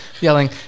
Yelling